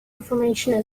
information